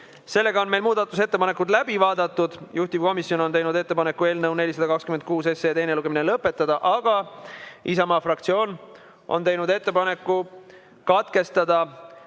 täielikult. Muudatusettepanekud on läbi vaadatud. Juhtivkomisjon on teinud ettepaneku eelnõu 426 teine lugemine lõpetada, aga Isamaa fraktsioon on teinud ettepaneku katkestada